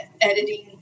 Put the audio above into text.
editing